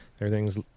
Everything's